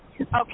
Okay